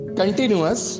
continuous